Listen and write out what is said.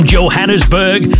Johannesburg